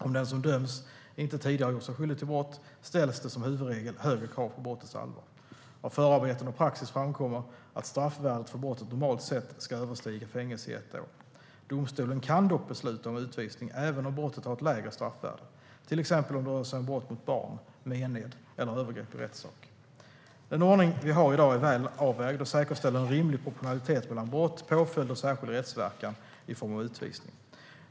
Om den som döms inte tidigare har gjort sig skyldig till brott ställs det som huvudregel högre krav på brottets allvar. Av förarbeten och praxis framkommer att straffvärdet för brottet normalt sett ska överstiga fängelse i ett år. Domstolen kan dock besluta om utvisning även om brottet har ett lägre straffvärde, till exempel om det rör sig om brott mot barn, mened eller övergrepp i rättssak. Den ordning vi har i dag är väl avvägd och säkerställer en rimlig proportionalitet mellan brott, påföljd och särskild rättsverkan i form av utvisning.